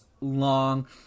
long